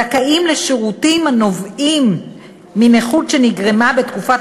זכאים לשירותים הנובעים מנכות שנגרמה בתקופת